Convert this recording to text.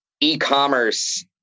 e-commerce